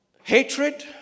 Hatred